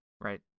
right